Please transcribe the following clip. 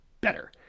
better